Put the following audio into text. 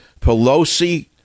Pelosi